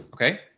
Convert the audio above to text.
Okay